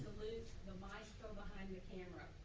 salute the maestro behind the camera.